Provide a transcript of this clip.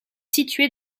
situé